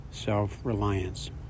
self-reliance